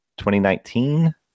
2019